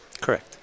Correct